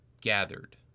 gathered